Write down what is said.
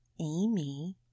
Amy